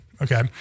Okay